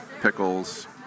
pickles